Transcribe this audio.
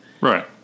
Right